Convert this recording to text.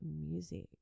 music